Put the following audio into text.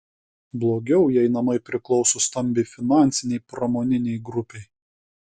blogiau jei namai priklauso stambiai finansinei pramoninei grupei